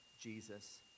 Jesus